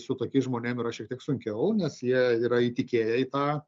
su tokiais žmonėm yra šiek tiek sunkiau nes jie yra įtikėję į tą